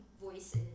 voices